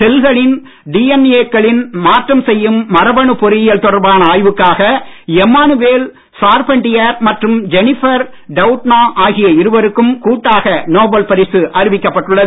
செல்களின் டிஎன்ஏக்களில் மாற்றம் செய்யும் மரபணு பொறியியல் தொடர்பான ஆய்வுக்காக எம்மானுவேல் சார்பென்டியர் மற்றும் ஜெனிபர் டவுட்னா ஆகிய இருவருக்கும் கூட்டாக நோபல் பரிசு அறிவிக்கப்பட்டுள்ளது